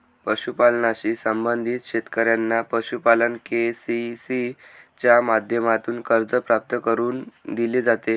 पशुपालनाशी संबंधित शेतकऱ्यांना पशुपालन के.सी.सी च्या माध्यमातून कर्ज प्राप्त करून दिले जाते